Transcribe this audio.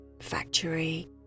factory